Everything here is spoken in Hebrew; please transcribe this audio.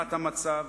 וחומרת המצב,